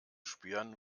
spüren